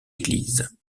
église